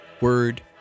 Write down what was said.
Word